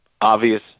Obvious